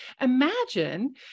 Imagine